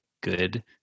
good